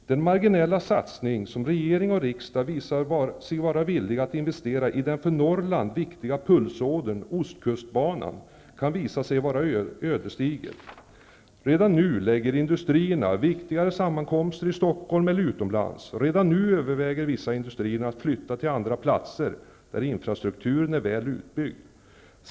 Den marginella satsning som regering och riksdag visar sig vara villiga att investera i den för Norrland viktiga pulsådern ostkustbanan, kan visa sig vara ödesdiger. Redan nu förlägger industrierna viktigare sammankomster i Stockholm eller utomlands. Redan nu överväger vissa industrier att flytta till andra platser där infrastrukturen är väl utbyggd.